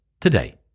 today